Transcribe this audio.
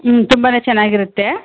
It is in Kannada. ಹ್ಞೂ ತುಂಬಾ ಚೆನ್ನಾಗಿರುತ್ತೆ